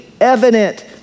evident